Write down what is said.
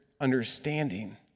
understanding